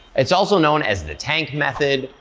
it's also known as the tank method,